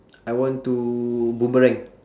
I want to boomerang